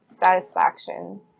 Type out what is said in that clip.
satisfaction